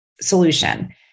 solution